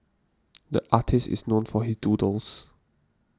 the artist is known for his doodles